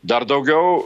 dar daugiau